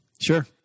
Sure